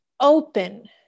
open